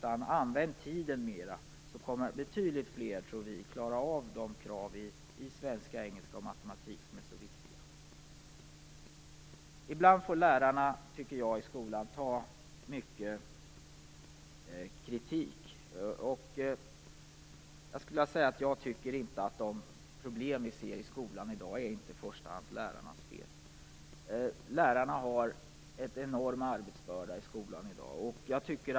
man använder tiden mer, tror vi att betydligt fler kommer att klara kraven i ämnena svenska, engelska och matematik, som är så viktiga. Jag tycker att lärarna ibland får ta mycket kritik. De problem som finns i skolan i dag är inte i första hand lärarnas fel. Lärarna har en enorm arbetsbörda.